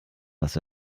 was